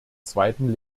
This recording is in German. zweiten